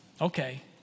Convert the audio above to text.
Okay